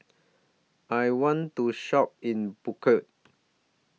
I want to Shop in Baku